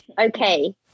Okay